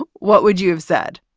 what would you have said?